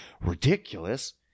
ridiculous